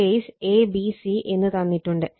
face a b c തന്നിട്ടുണ്ട്